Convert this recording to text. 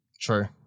True